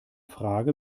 frage